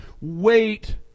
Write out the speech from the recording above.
wait